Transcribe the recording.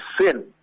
sin